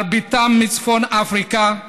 מרביתם מצפון אפריקה,